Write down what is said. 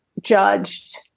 judged